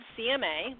CMA